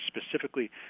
specifically